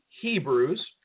Hebrews